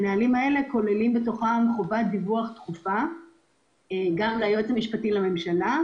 הנהלים האלה כוללים בתוכם חובת דיווח תכופה ליועץ המשפטי לממשלה.